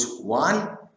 one